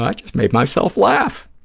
but just made myself laugh.